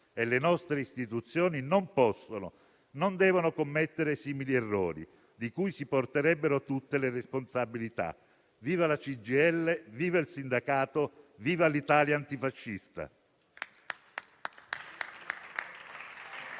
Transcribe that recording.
e le nostre istituzioni non possono, non devono commettere simili errori di cui si porterebbero tutte le responsabilità. Viva la CGIL, viva il sindacato, viva l'Italia antifascista!